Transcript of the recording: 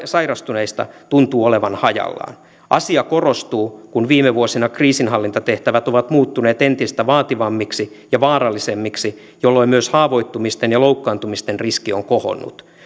sairastuneista tuntuu olevan hajallaan asia korostuu kun viime vuosina kriisinhallintatehtävät ovat muuttuneet entistä vaativammiksi ja vaarallisemmiksi jolloin myös haavoittumisten ja loukkaantumisten riski on kohonnut